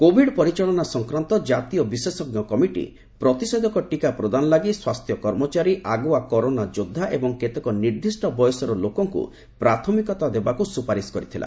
Covid ପରିଚାଳନା ସଂକ୍ରାନ୍ତ ଜାତୀୟ ବିଶେଷଜ୍ଞ କମିଟି ପ୍ରତିଷେଧକ ଟୀକା ପ୍ରଦାନ ଲାଗି ସ୍ୱାସ୍ଥ୍ୟ କର୍ମଚାରୀ ଆଗୁଆ କରୋନା ଯୋଦ୍ଧା ଏବଂ କେତେକ ନିର୍ଦ୍ଧିଷ୍ଟ ବୟସର ଲୋକଙ୍କୁ ପ୍ରାଥମିକତା ଦେବାକୁ ସୁପାରିସ୍ କରିଥିଲା